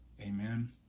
amen